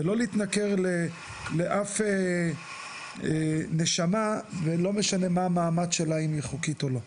ולא להתנכר לאף נשמה ולא משנה מה המעמד שלה אם היא חוקית או לא.